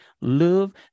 love